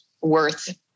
worth